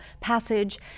passage